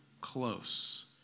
close